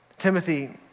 Timothy